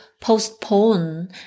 postpone